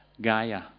Gaia